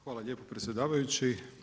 Hvala lijepa predsjedavajući.